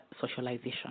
socialization